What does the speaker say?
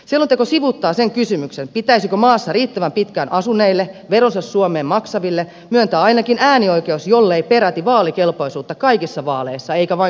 selonteko sivuuttaa sen kysymyksen pitäisikö maassa riittävän pitkään asuneille veronsa suomeen maksaville myöntää ainakin äänioikeus jollei peräti vaalikelpoisuutta kaikissa vaaleissa eikä vain kunnallisvaaleissa